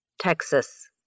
Texas